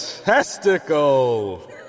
testicle